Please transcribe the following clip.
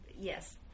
yes